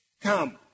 come